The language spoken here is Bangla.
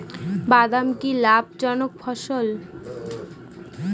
বাদাম কি লাভ জনক ফসল?